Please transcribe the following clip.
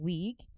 Week